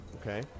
Okay